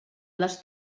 les